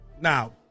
now